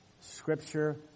scripture